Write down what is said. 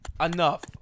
Enough